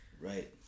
Right